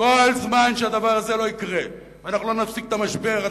וכל זמן שלא רואים בעניין של ההסדר את המחצב העיקרי שיש למדינה הזאת,